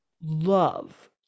love